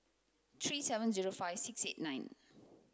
three seven zero five six eight nine